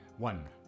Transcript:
One